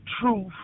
truth